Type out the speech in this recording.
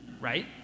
Right